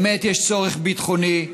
באמת יש צורך ביטחוני.